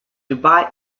dubai